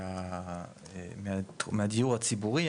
מהדיור הציבורי,